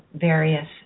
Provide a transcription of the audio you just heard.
various